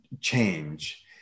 change